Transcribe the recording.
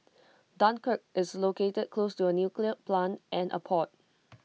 Dunkirk is located close to A nuclear plant and A port